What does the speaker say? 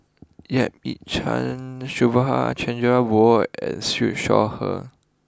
Yap Ee Chian Subhas Chandra Bose and Siew Shaw Her